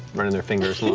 running their fingers